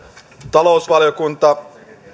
talousvaliokunta